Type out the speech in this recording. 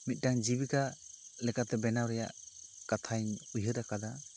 ᱢᱤᱫᱴᱟᱝ ᱡᱤᱵᱤᱠᱟ ᱞᱮᱠᱟᱛᱮ ᱵᱮᱱᱟᱣ ᱨᱮᱭᱟᱜ ᱠᱟᱛᱷᱟᱧ ᱩᱭᱦᱟᱹᱨ ᱟᱠᱟᱫᱟ